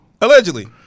Allegedly